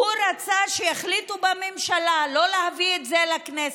הוא רצה שיחליטו בממשלה, לא להביא את זה לכנסת.